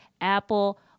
Apple